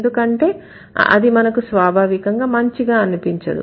ఎందుకంటే అది మనకు స్వాభావికంగా మంచిగా అనిపించదు